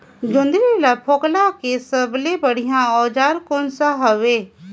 जोंदरी ला फोकला के सबले बढ़िया औजार कोन सा हवे?